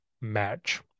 match